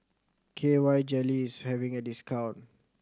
K Y Jelly is having a discount